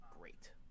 great